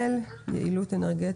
אחד.